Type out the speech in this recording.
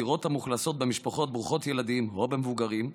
דירות המאוכלסות במשפחות ברוכות ילדים או במבוגרים,